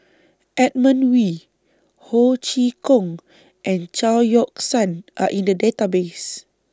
Edmund Wee Ho Chee Kong and Chao Yoke San Are in The Database